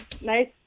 nice